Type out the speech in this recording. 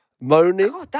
Moaning